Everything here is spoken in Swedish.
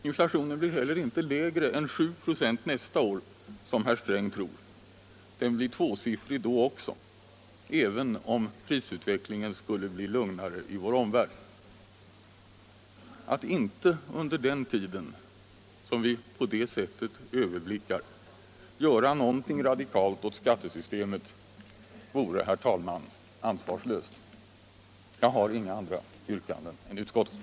Den blir heller inte lägre än 7 96 nästa år, som herr Sträng tror. Den blir tvåsiffrig då också även om prisutvecklingen blir lugnare i vår omvärld. Att under denna tid inte göra någonting radikalt åt skattesystemet vore ansvarslöst. Jag har, herr talman, inga andra yrkanden än utskottets.